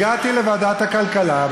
הגעתי לוועדת הכלכלה,